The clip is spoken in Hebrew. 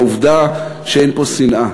העובדה שאין פה שנאה.